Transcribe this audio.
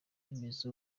imeze